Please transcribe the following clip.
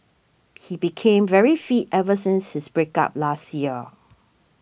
he became very fit ever since his break up last year